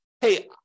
hey